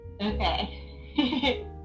Okay